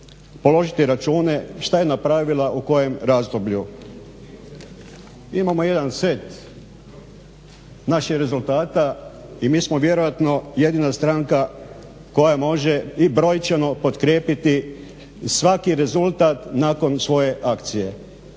položiti račune šta je napravila u kojem razdoblju. Imamo jedan set naših rezultata i mi smo vjerojatno jedina stranka koja može i brojčano potkrijepiti svaki rezultat nakon svoje akcije.